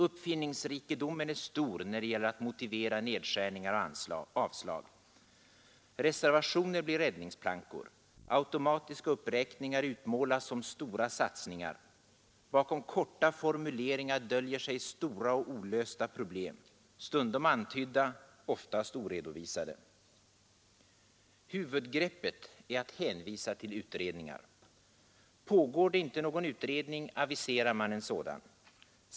Uppfinningsrikedomen är stor när det gäller att motivera nedskärningar och avslag. Reservationer blir räddningsplankor, automatiska uppräkningar utmålas som stora satsningar. Bakom korta formuleringar döljer sig stora och olösta problem, stundom antydda, oftast oredovisade. Huvudgreppet är att hänvisa till utredningar. Pågår det inte någon utredning, aviserar man en sådan.